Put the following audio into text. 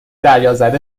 دریازده